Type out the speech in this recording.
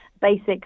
basic